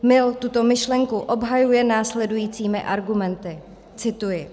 Mill tuto myšlenku obhajuje následujícími argumenty cituji: